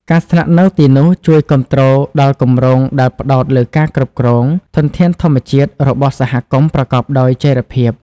ការស្នាក់នៅទីនោះជួយគាំទ្រដល់គម្រោងដែលផ្តោតលើការគ្រប់គ្រង ធនធានធម្មជាតិ របស់សហគមន៍ប្រកបដោយចីរភាព។